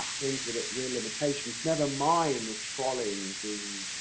um brings with it real limitations. never mind the trolling, the